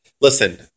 Listen